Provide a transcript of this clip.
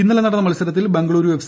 ഇന്നലെ നടന്ന മത്സിർത്തിൽ ബംഗളൂരു എഫ്